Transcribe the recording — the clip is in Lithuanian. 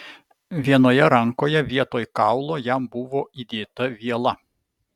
vienoje rankoje vietoj kaulo jam buvo įdėta viela